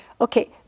okay